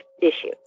issue